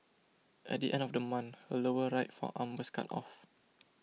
at the end of the month her lower right forearm was cut off